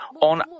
on